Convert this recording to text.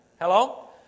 Hello